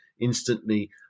instantly